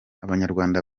abanyarwanda